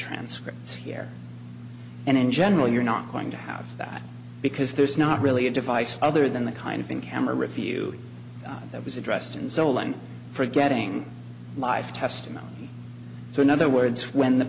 transcripts here and in general you're not going to have that because there's not really a device other than the kind of in camera review that was addressed in solon for getting live testimony so in other words when the